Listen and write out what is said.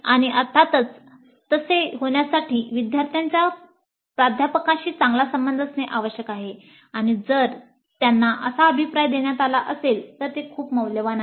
आणि अर्थातच तसे होण्यासाठी विद्यार्थ्यांचा प्राध्यापकांशी चांगला संबंध असणे आवश्यक आहे आणि जर त्यांना असा अभिप्राय देण्यात आला असेल तर ते खूप मौल्यवान आहे